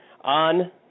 on